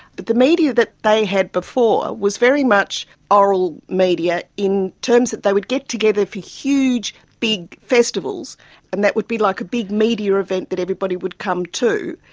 the media that they had before was very much oral media in terms that they would get together for huge big festivals and that would be like a big media event that everybody would come to,